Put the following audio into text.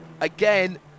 Again